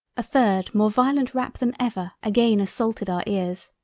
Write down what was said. a third more violent rap than ever again assaulted our ears.